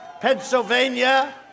Pennsylvania